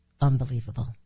unbelievable